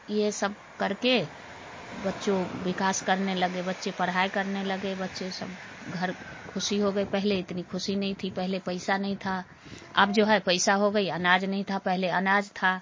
ये सब करके बच्चों विकास करने लगे बच्चे पढ़ाई करने लगे बच्चे सब घर खुशी हो गए पहले इतनी खुशी नहीं थी पहले पैसा नहीं था अब जो है पैसा हो गई अनाज नहीं था पहले अनाज था